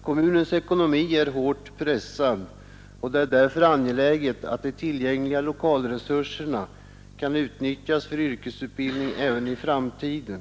Kommunens ekonomi Nr 20 är hårt pressad, och det är därför angeläget att de tillgängliga lokalresur Torsdagen den serna kan utnyttjas för yrkesutbildning även i framtiden.